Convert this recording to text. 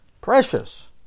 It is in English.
Precious